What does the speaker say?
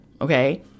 okay